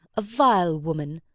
a vile woman,